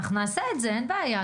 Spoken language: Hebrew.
אנחנו נעשה את זה, אין בעיה.